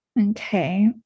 okay